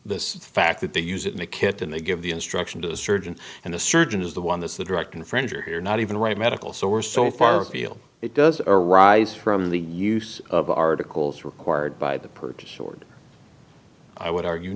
this fact that they use it in a kit and they give the instruction to the surgeon and the surgeon is the one that's the direct infringer here not even right medical so we're so far afield it does arise from the use of articles required by the purchase order i would argue